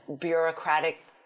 bureaucratic